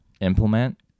implement